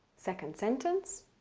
second sentence.